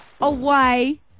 away